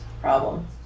problem